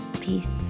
Peace